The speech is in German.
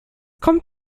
kommt